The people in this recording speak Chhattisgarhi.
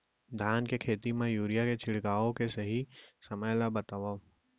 धान के खेती मा यूरिया के छिड़काओ के सही समय का हे?